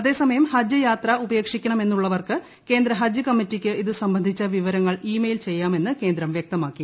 അതേസമയം ഹജ്ജ് യാത്ര ഉപേക്ഷിക്കണമെന്നുള്ളവർക്ക് കേന്ദ്ര ഹജ്ജ് കമ്മിറ്റിയ്ക്ക് ഇതു സംബന്ധിച്ച വിവരങ്ങൾ ഇ മെയിൽ ചെയ്യാമെന്ന് കേന്ദ്രം വൃക്തമാക്കി